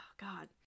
God